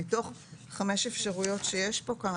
מתוך חמש אפשרויות שיש כאן,